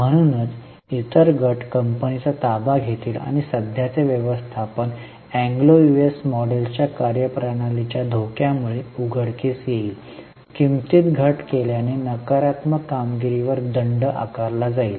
म्हणूनच इतर गट कंपनीचा ताबा घेतील आणि सध्याचे व्यवस्थापन एंग्लो यूएस मॉडेलच्या कार्यप्रणालीच्या धोक्यामुळे उघडकीस येईल किंमतीत घट केल्याने नकारात्मक कामगिरीवर दंड आकारला जाईल